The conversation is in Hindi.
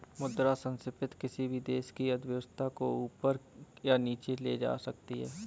मुद्रा संस्फिति किसी भी देश की अर्थव्यवस्था को ऊपर या नीचे ले जा सकती है